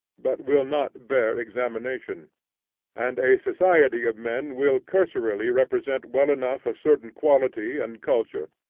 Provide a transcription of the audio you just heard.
but will not bear examination and a society of men will cursorily represent well enough a certain quality and culture,